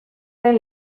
den